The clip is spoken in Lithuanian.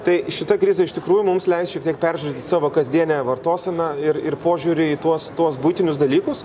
tai šita krizė iš tikrųjų mums leis šiek tiek peržiūrėti savo kasdienę vartoseną ir ir požiūrį į tuos tuos buitinius dalykus